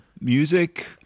Music